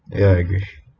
ya agree